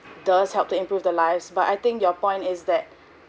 does help to improve the lives but I think your point is that